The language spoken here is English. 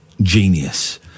genius